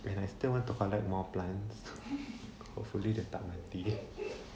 and I still want to collect more plants hopefully dia tak mati